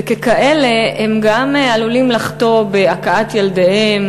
וככאלה הם גם עלולים לחטוא בהכאת ילדיהם